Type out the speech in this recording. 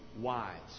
wise